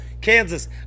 Kansas